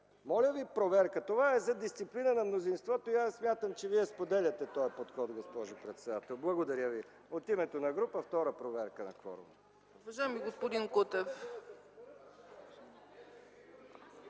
Моля Ви – проверка. Това е за дисциплиниране на мнозинството и аз смятам, че Вие споделяте този подход, госпожо председател. От името на парламентарна група – втора проверка на кворума.